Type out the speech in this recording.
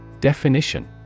Definition